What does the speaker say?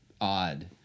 Odd